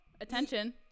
Attention